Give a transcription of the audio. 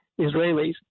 Israelis